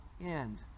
end